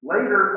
Later